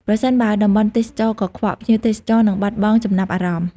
ប្រសិនបើតំបន់ទេសចរណ៍កខ្វក់ ភ្ញៀវទេសចរនឹងបាត់បង់ចំណាប់អារម្មណ៍។